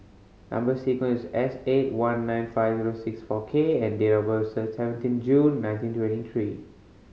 number sequence S eight one nine five zero six four K and date of birth seventeen June nineteen twenty three